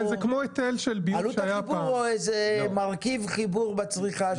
או איזה מרכיב חיבור בצריכה?